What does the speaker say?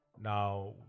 now